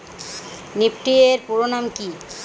Nifty এর পুরোনাম কী?